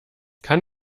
kann